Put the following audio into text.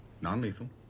Non-lethal